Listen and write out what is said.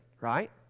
right